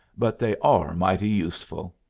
but they are mighty useful.